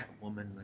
woman